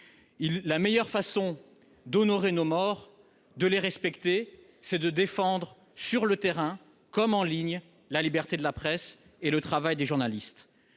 la meilleure façon d'honorer nos morts est de défendre, sur le terrain comme en ligne, la liberté de la presse et le travail des journalistes.